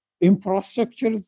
infrastructure